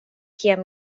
kiam